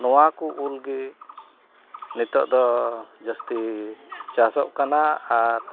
ᱱᱚᱣᱟᱠᱚ ᱩᱞᱜᱮ ᱱᱤᱛᱚᱜᱫᱚ ᱡᱟᱹᱥᱛᱤ ᱪᱟᱥᱚᱜ ᱠᱟᱱᱟ ᱟᱨ